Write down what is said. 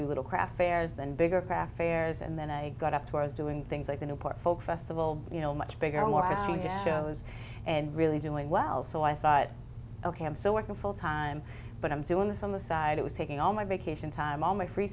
do little craft fairs than bigger craft fairs and then i got up to where i was doing things like the newport folk festival you know much bigger more history just shows and really doing well so i thought ok i'm still working full time but i'm doing this on the side it was taking all my vacation time all my free